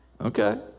Okay